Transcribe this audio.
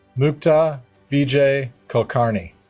mukta vijay kulkarni